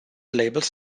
labels